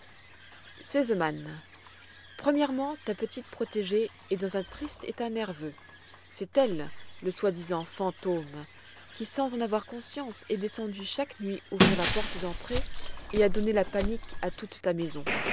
sesemann premièrement ta petite protégée est dans un triste état nerveux c'est elle le soi-disant fantôme qui sans en avoir conscience est descendue chaque nuit ouvrir la porte d'entrée et a donné la panique à toute ta maison